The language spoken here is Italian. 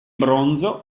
bronzo